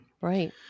Right